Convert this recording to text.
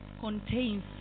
contains